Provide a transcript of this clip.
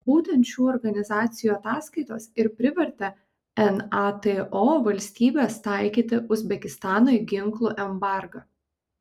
būtent šių organizacijų ataskaitos ir privertė nato valstybes taikyti uzbekistanui ginklų embargą